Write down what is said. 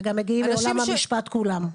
וגם מגיעים מעולם המשפט, כולם.